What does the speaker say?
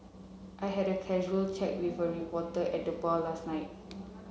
I had a casual chat with a reporter at the bar last night